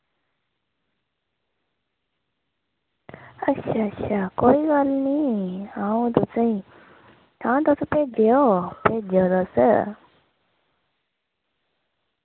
अच्छा अच्छा कोई गल्ल निं अ'ऊं तुसेंगी तां तुस भेजेओ भेजो तुस